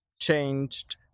changed